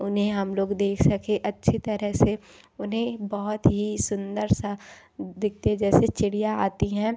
उन्हें हम लोग देख सकें अच्छी तरह से उन्हें बहुत ही सुंदर सा दिखते जैसे चिड़िया आती हैं